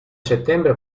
settembre